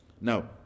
Now